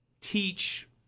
teach